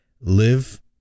live